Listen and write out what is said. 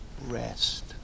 Rest